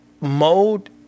mode